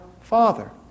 Father